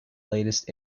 latest